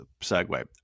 segue